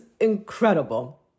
incredible